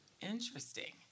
Interesting